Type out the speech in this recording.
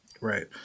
right